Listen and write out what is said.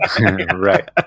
Right